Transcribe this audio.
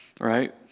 right